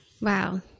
Wow